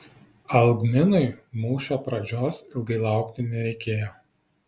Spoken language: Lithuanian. algminui mūšio pradžios ilgai laukti nereikėjo